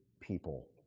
people